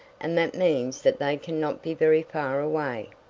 and that means that they can not be very far away